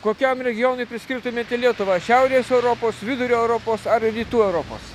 kokiam regionui priskirtumėte lietuvą šiaurės europos vidurio europos ar rytų europos